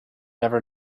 never